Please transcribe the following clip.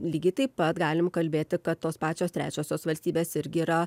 lygiai taip pat galim kalbėti kad tos pačios trečiosios valstybės irgi yra